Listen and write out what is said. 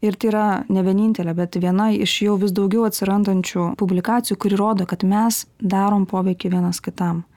ir tai yra ne vienintelė bet viena iš jų vis daugiau atsirandančių publikacijų kuri rodo kad mes darom poveikį vienas kitam